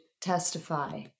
testify